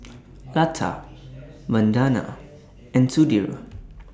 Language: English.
Lata Vandana and Sudhir